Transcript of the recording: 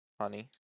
Honey